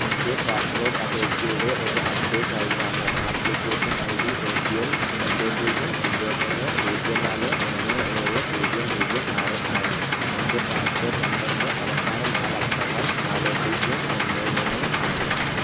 എൻ്റെ പാസ്പോർട്ട് അപേക്ഷയുടെ ഒരു അപ്ഡേറ്റ് നൽകാമോ application I D A P L രണ്ട് പൂജ്യം രണ്ട് മൂന്ന് പൂജ്യം നാല് ഒന്ന് ഏഴ് പൂജ്യം പൂജ്യം ആറ് ആണ് എന്റെ പാസ്പോർട്ട് നമ്പറിന്റെ അവസാന നാലക്കങ്ങൾ നാല് പൂജ്യം ഒന്ന് മൂന്ന് ആണ്